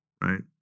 Right